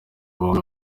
bombi